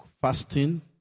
Fasting